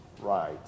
right